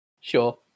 Sure